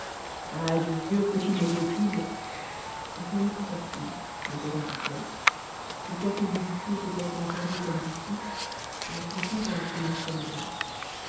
ah je jure que s'il est possible rien n'est plus facile interrompit-elle quoique vous dussiez peut-être l'accorder comme justice je consens à l'obtenir comme grâce